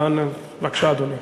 בבקשה, אדוני.